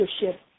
leadership